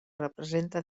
representa